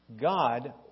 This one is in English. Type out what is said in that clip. God